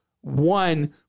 one